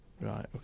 Right